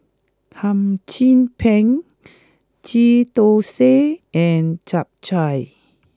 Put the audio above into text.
Hum Chim Peng Ghee Thosai and Chap Chai